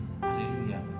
Hallelujah